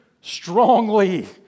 strongly